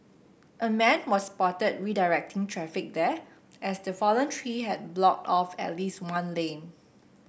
a man was spotted redirecting traffic there as the fallen tree had blocked off at least one lane